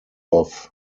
off